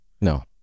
No